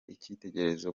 icyitegererezo